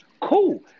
cool